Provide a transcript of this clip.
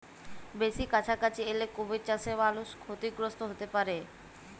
বেসি কাছাকাছি এলে কুমির চাসে মালুষ ক্ষতিগ্রস্ত হ্যতে পারে